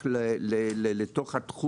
מצליחה תמיד לראות מה חסר ולאפשר אותו בתוך בתי